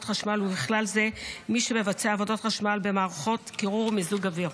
חשמל ובכלל זה מי שמבצע עבודות חשמל במערכות קירור או מיזוג אוויר.